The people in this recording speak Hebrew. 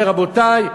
אומר: רבותי,